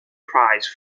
prize